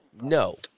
no